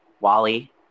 Wally